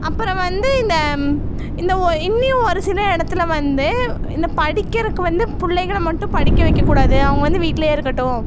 அப்பறம் வந்து இந்த இந்த ஓ இனியும் ஒரு சில இடத்துல வந்து இந்த படிக்கிறக்கு வந்து பிள்ளைகள மட்டும் படிக்க வைக்கக்கூடாது அவங்க வந்து வீட்லேயே இருக்கட்டும்